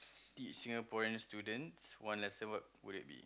teach Singaporean students one lesson what would it be